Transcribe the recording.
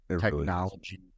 technology